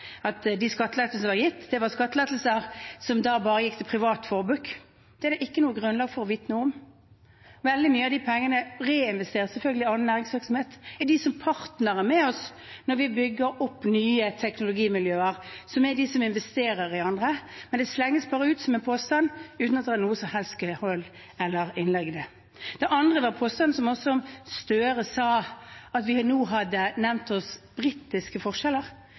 privat forbruk. Det har vi ikke noe grunnlag for å vite noe om. Veldig mye av de pengene reinvesteres selvfølgelig i annen næringsvirksomhet. Det er de som er partnere med oss når vi bygger nye teknologimiljøer, og de som investerer i andre, men det slenges bare ut som en påstand uten at det er noe som helst hold i det. Det andre var påstanden som også Gahr Støre kom med, at vi nå hadde nærmet oss britiske forskjeller.